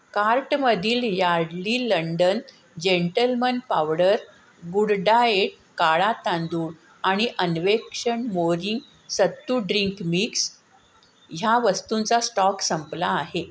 कार्टमधील Yardley London gentleman powder good diet काळा तांदूळ आणि अन्वेक्षण मोरींग सत्तू ड्रिंक मिक्स या वस्तूंचा स्टॉक संपला आहे